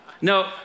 No